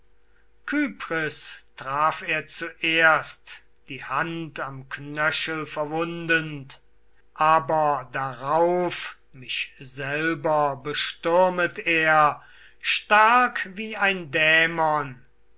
traf er zuerst die hand am knöchel verwundend aber darauf mich selber bestürmet er stark wie ein dämon